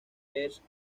ernst